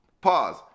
Pause